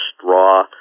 straw